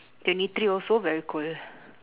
twenty three also very cold